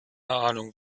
ahnung